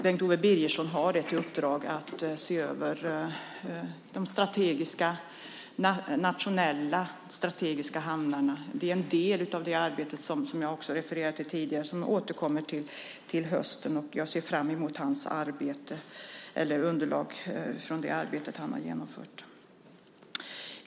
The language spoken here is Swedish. Bengt Owe Birgersson har i uppdrag att se över de nationella, strategiska hamnarna. Det är en del av det arbete som jag refererade till tidigare som jag återkommer till i höst. Jag ser fram emot underlaget från det arbete han genomför.